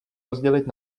rozdělit